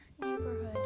neighborhood